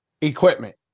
equipment